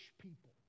people